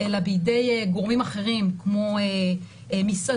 אלא בידי גורמים אחרים כמו - מסעדות,